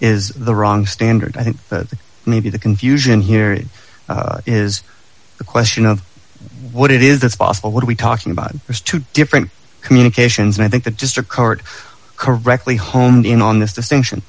is the wrong standard i think that maybe the confusion here it is a question of what it is that's possible what are we talking about there's two different communications and i think that just a card correctly honed in on this distinction